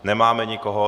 Nemáme nikoho.